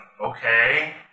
okay